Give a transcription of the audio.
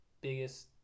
biggest